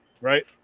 right